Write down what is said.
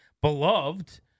beloved –